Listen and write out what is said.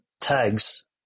tags